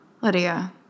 Lydia